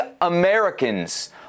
Americans